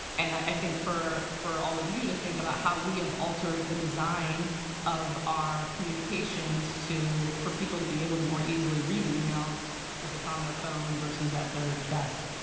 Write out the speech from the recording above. and i think for for all of you to think about how we have altered the design of our communications for people to be able to more easily read emails if it's on their phone versus at their desk.